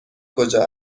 کجا